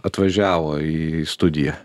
atvažiavo į studiją